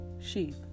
sheep